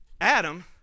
Adam